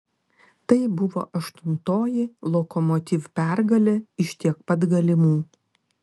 tai buvo aštuntoji lokomotiv pergalė iš tiek pat galimų